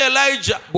Elijah